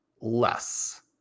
less